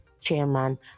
chairman